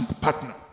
partner